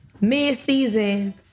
mid-season